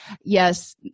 yes